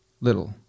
little